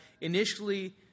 initially